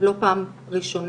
לא פעם ראשונה,